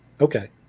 Okay